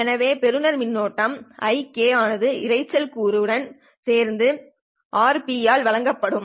எனவே பெறுநர் மின்னோட்டம் Ik ஆனது இரைச்சல் கூறு உடன் சேர்ந்து RP1r ஆல் வழங்கப்படும்